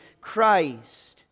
Christ